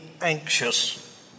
anxious